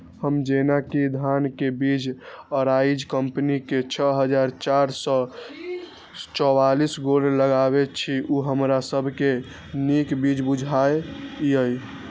हम जेना कि धान के बीज अराइज कम्पनी के छः हजार चार सौ चव्वालीस गोल्ड लगाबे छीय उ हमरा सब के नीक बीज बुझाय इय?